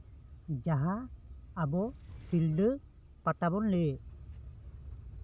ᱡᱟᱦᱟᱸ ᱟᱵᱚ ᱥᱤᱞᱫᱟᱹ ᱯᱟᱛᱟ ᱵᱚᱱ ᱞᱟᱹᱭ